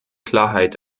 klarheit